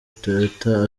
toyota